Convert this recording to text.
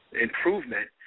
improvement